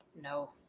no